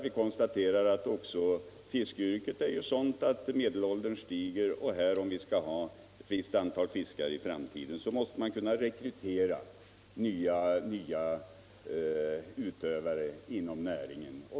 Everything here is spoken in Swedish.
Vi konstaterade att också i fiskaryrket ökar medelåldern, och om vi skall ha ett visst antal fiskare i framtiden måste vi kunna rekrytera nya utövare inom näringen.